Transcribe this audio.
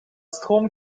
stroom